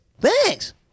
Thanks